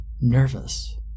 nervous